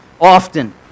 often